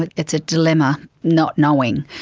but it's a dilemma, not knowing.